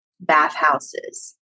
bathhouses